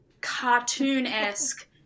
cartoon-esque